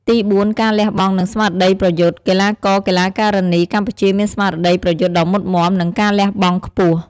ទីបួនការលះបង់ និងស្មារតីប្រយុទ្ធ កីឡាករ-កីឡាការិនីកម្ពុជាមានស្មារតីប្រយុទ្ធដ៏មុតមាំ និងការលះបង់ខ្ពស់។